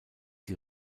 die